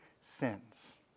sins